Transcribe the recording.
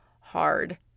hard